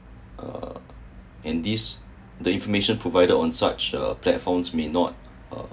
uh in this the information provided on such uh platforms may not uh